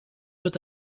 wird